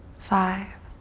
five,